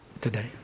Today